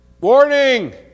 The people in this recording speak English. Warning